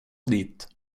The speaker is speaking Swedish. dit